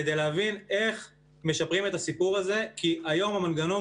כדי להבין איך משפרים את הסיפור הזה כי היום המנגנון